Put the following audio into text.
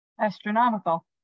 astronomical